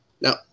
Now